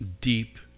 deep